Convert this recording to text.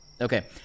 Okay